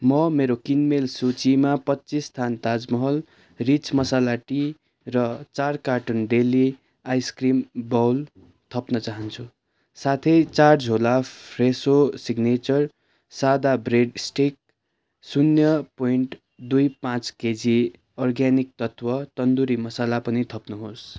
म मेरो किनमेल सूचीमा पच्चिस थान ताज महल रिच मसाला टी र चार कार्टुन डेली आइसक्रिम बोल थप्न चाहन्छु साथै चार झोला फ्रेसो सिग्नेचर सादा ब्रेड स्टिक शून्य पोइन्ट दुई पाँच केजी अर्ग्यानिक तत्त्व तन्दुरी मसाला पनि थप्नुहोस्